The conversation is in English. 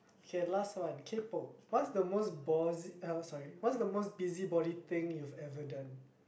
k last one kaypoh what's the most busy~ uh sorry what's the most busybody thing you've ever done